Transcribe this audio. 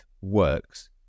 works